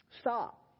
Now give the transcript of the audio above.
Stop